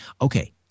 Okay